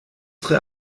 tre